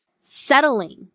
settling